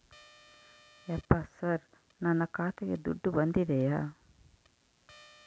ಯಪ್ಪ ಸರ್ ನನ್ನ ಖಾತೆಗೆ ದುಡ್ಡು ಬಂದಿದೆಯ?